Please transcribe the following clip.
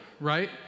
right